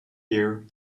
year